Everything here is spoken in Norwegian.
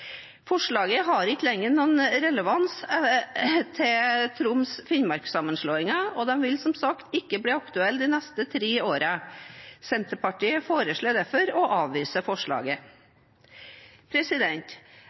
Forslaget har ikke lenger noen relevans til Troms–Finnmark-sammenslåingen, og det vil som sagt ikke bli aktuelt de neste tre årene. Senterpartiet foreslår derfor å avvise forslaget.